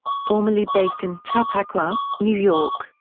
formerly based in chappaqua, new york,